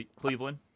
Cleveland